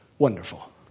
wonderful